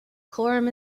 quorum